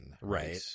right